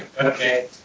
Okay